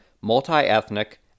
multi-ethnic